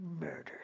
murder